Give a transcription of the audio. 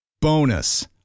Bonus